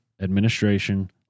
administration